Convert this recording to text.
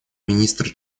министра